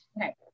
okay